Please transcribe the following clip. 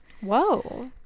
Whoa